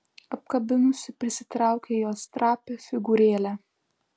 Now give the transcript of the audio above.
apkabinusi prisitraukė jos trapią figūrėlę